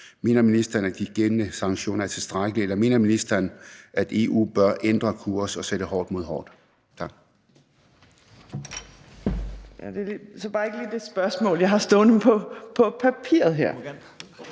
Mener ministeren, at de gældende sanktioner er tilstrækkelige, eller mener ministeren, at EU bør ændre kurs og sætte hårdt mod hårdt? Tak.